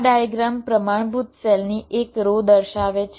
આ ડાયગ્રામ પ્રમાણભૂત સેલની એક રો દર્શાવે છે